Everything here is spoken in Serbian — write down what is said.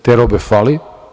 Te robe fali.